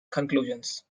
conclusions